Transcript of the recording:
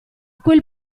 quel